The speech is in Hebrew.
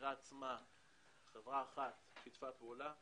שבחקירה עצמה חברה אחת שיתפה פעולה,